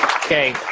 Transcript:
okay,